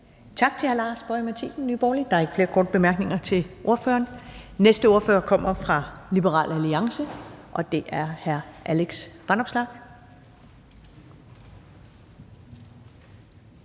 Tak til hr. Lars Boje Mathiesen, Nye Borgerlige. Der er ikke flere korte bemærkninger til ordføreren. Den næste ordfører kommer fra Liberal Alliance, og det er hr. Alex Vanopslagh.